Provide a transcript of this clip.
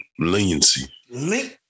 Leniency